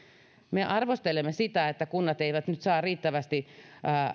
me arvostelemme sitä että kunnat eivät nyt saa riittävästi